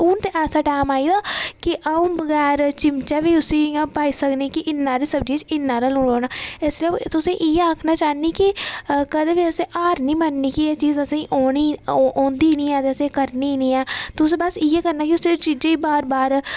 हू'न ते ऐसा टाईम आई गेदा कि अ'ऊं बगैर चिम्मचे बी उसी इं'या पाई सकना कि इ'न्ना हारी सब्जियै च इ'न्ना होना एह् सब तुसेंगी इ'यै आक्खना चाह्न्नी कि कदें बी असें हार निं मन्ननी कि जि'यां तुसेंगी औनी औंदी निं ऐ कि असें करनी निं ऐं तुसें बस इ'यै करना की मतलब उस चीजै़ गी बार बार